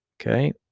Okay